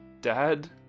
Dad